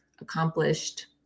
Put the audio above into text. accomplished